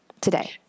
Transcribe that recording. today